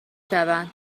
شوند